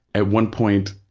at one point,